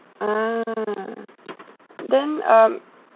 ah then um